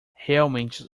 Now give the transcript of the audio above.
realmente